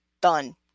done